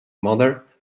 mother